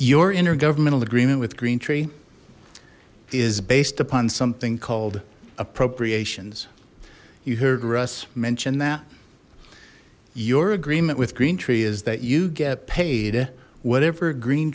your intergovernmental agreement with green tree is based upon something called appropriations you heard russ mentioned that your agreement with green tree is that you get paid whatever green